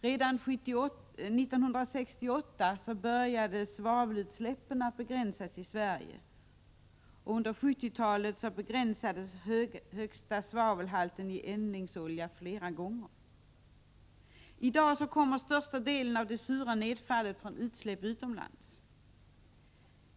Redan 1968 började svavelutsläppen att begränsas i Sverige, och under 1970-talet begränsades högsta svavelhalten i eldningsolja flera gånger. I dag kommer största delen av det sura nedfallet från utsläpp utomlands.